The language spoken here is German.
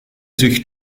sich